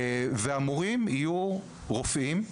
המורים שילמדו יהיו רופאים.